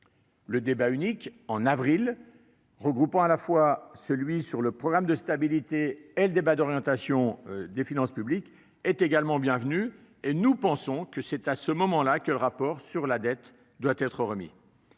Le débat unique en avril, qui regroupe à la fois le débat sur le programme de stabilité et le débat d'orientation des finances publiques, est également bienvenu : nous pensons que c'est à ce moment-là que le rapport sur la dette doit être remis.